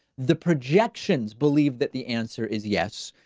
the projections believed that the answer is yes,